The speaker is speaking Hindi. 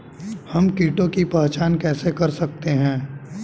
हम कीटों की पहचान कैसे कर सकते हैं?